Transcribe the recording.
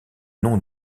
nom